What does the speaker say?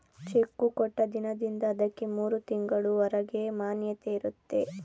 cheque ಕೊಟ್ಟ ದಿನದಿಂದ ಅದಕ್ಕೆ ಮೂರು ತಿಂಗಳು ಹೊರಗೆ ಮಾನ್ಯತೆ ಇರುತ್ತೆ